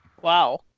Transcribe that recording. Wow